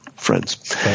Friends